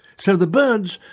so the birds,